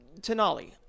Tenali